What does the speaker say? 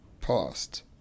past